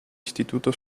istituto